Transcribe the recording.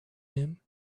him